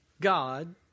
God